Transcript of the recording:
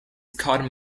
scott